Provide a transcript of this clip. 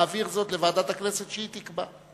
להעביר זאת לוועדת הכנסת שהיא תקבע.